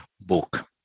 book